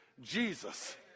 Jesus